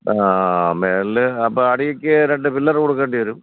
ആ മേളിൽ അപ്പം അടിയിലേക്ക് രണ്ട് പില്ലർ കൊടുക്കേണ്ടി വരും